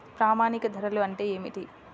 ప్రామాణిక ధరలు అంటే ఏమిటీ?